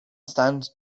stand